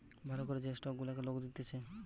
ভাল করে যে স্টক গুলাকে লোক নিতেছে